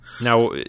Now